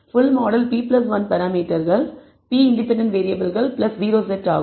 full model p 1 பராமீட்டர்கள் p independent வேறியபிள்கள் o set ஆகும்